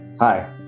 Hi